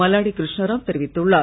மல்லாடி கிருஷ்ணராவ் தெரிவித்துள்ளார்